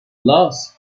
loss